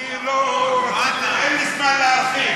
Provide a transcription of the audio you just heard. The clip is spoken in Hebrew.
אני, אין לי זמן להרחיב.